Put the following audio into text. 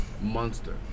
Monster